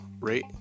rate